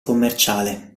commerciale